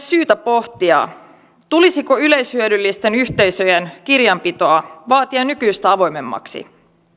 syytä pohtia tulisiko yleishyödyllisten yhteisöjen kirjanpitoa vaatia nykyistä avoimemmaksi